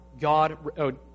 God